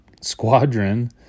squadron